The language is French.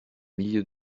milieu